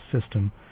system